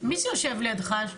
מי זה יושב לידך?